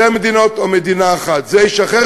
זה מה שהוא רוצה,